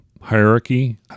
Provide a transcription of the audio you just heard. hierarchy